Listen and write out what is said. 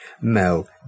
Mel